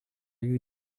you